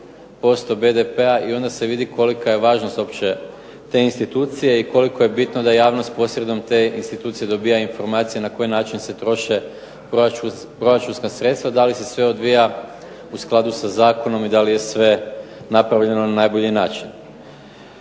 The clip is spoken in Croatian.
60% BDP-a i onda se vidi kolika je važnost uopće te institucije i koliko je bitno da javnost posredstvom te institucije dobija informacije na koji način se troše proračunska sredstva, da li se sve odvija u skladu sa zakonom i da li je sve napravljeno na najbolji način.